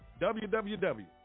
WWW